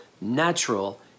natural